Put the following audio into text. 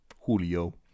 Julio